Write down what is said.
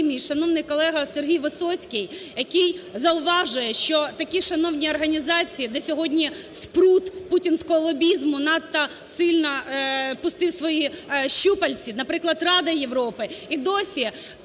мій шановний колега Сергій Висоцький, який зауважує, що такі шановні організації, де сьогодні спрут путінського лобізму надто сильно пустив свої щупальці, наприклад, Рада Європи і досі